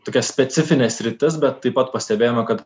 tokia specifinė sritis bet taip pat pastebėjome kad